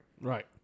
Right